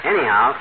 Anyhow